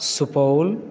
Supaul